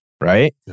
right